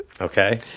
Okay